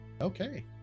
Okay